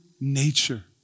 nature